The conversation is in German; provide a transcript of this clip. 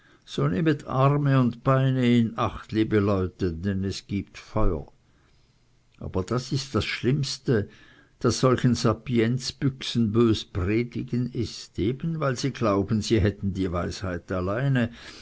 so nehmet arme und beine in acht liebe leute denn es gibt feuer aber das ist das schlimmste daß solchen sapienzbüchsen bös predigen ist eben weil sie glauben sie hätten die weisheit alleine